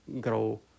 grow